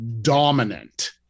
dominant